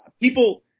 people